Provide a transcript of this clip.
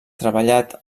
treballat